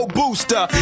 booster